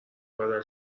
بدل